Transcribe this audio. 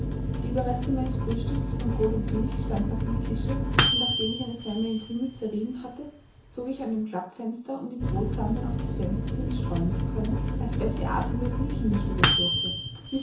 die überreste meines frühstücks von brot und milch standen auf dem tische und nachdem ich eine semmel in krümel zerrieben hatte zog ich an dem klappfenster um die brosamen auf das fenstersims streuen zu können als bessie atemlos in die kinderstube